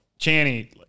Channy